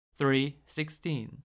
3.16